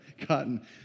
Cotton